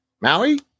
Maui